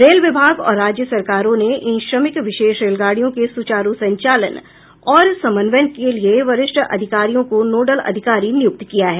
rail विभाग और राज्य सरकारों ने इन श्रमिक विशेष रेलगाडियों के सुचारू संचालन और समन्वय के लिए वरिष्ठ अधिकारियों को नोडल अधिकारी नियुक्त किया है